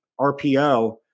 RPO